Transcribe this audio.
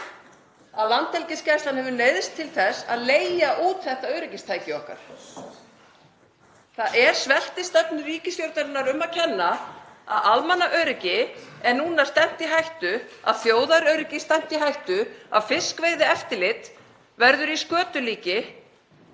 að Landhelgisgæslan hefur neyðst til þess að leigja út þetta öryggistæki okkar. Það er sveltistefnu ríkisstjórnarinnar um að kenna að almannaöryggi er núna stefnt í hættu, að þjóðaröryggi er stefnt í hættu, að fiskveiðieftirlit verður í skötulíki